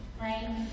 right